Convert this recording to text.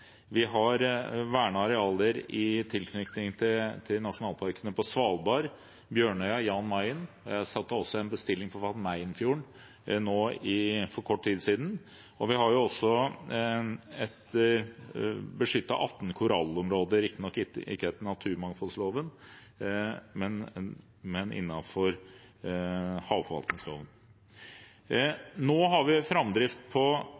Vi har vernede arealer i tilknytning til nasjonalparkene på Svalbard, Bjørnøya og Jan Mayen, og jeg satte også opp en bestilling på Van Mijenfjorden for kort tid siden. Vi har også beskyttet 18 korallområder, riktignok ikke etter naturmangfoldloven, men innenfor havforvaltningsloven.